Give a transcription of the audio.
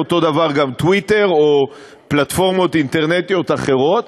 אותו הדבר גם טוויטר או פלטפורמות אינטרנטיות אחרות,